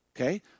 okay